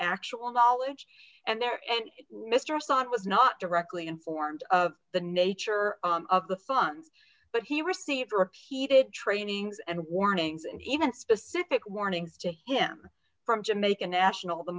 actual knowledge and there and mr assad was not directly informed of the nature of the funds but he received repeated trainings and warnings and even specific warnings to him from jamaica national the